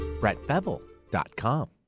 brettbevel.com